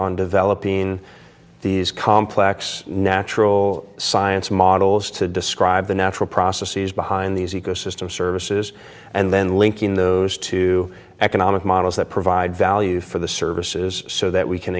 on developing these complex natural science models to describe the natural processes behind these ecosystem services and then linking those to economic models that provide value for the services so that we can